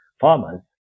farmers